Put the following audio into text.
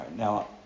Now